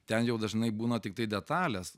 ten jau dažnai būna tiktai detalės